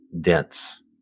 dense